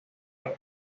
los